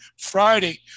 Friday